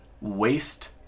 waste